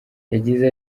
yagize